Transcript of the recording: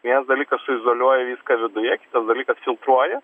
vienas dalykas suizoliuoji viską viduje kitas dalykas filtruoji